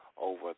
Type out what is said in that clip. over